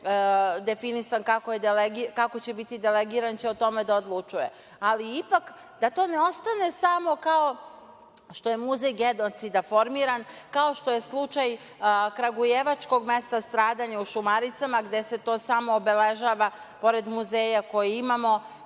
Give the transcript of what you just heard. definisan kako će biti delegiran, će o tome da odlučuje. Ali, ipak da to ne ostane samo kao što je muzej genocida formiran, kao što je slučaj kragujevačkog mesta stradanja u Šumaricama gde se to samo obeležava pored muzeja koji imamo,